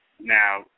Now